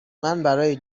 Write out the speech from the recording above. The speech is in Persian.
برای